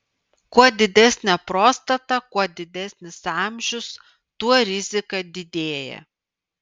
kuo didesnė prostata kuo didesnis amžius tuo rizika didėja